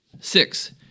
Six